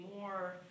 more